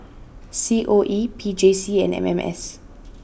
C O E P J C and M M S